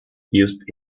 used